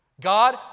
God